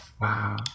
Wow